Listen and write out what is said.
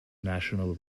national